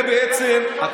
מצרים לא קיבלה צוללות?